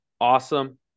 awesome